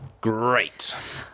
Great